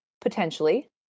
potentially